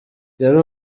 yari